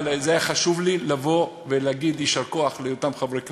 אבל היה חשוב לי לבוא ולהגיד יישר כוח לאותם חברי כנסת,